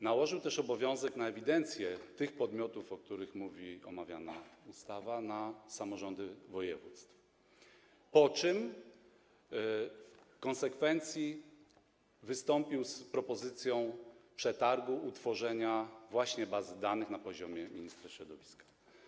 Nałożył też obowiązek ewidencji tych podmiotów, o których mówi omawiana ustawa, na samorządy województw, po czym, w konsekwencji, wystąpił z propozycją przetargu co do utworzenia właśnie bazy danych na poziomie ministra środowiska.